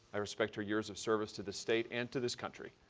i respect her years of service to the state and to this country.